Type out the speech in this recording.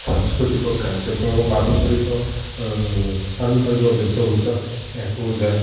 ସାଂସ୍କୃତିକ କାର୍ଯ୍ୟକ୍ରମ ପାରମ୍ପରିକ ପାରମ୍ପରିକ ବେଶଭୂଷା ଏହାକୁ ବୁଝାଏ